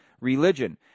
Religion